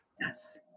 Yes